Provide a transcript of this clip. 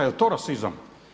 Jel' to rasizam?